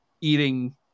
eating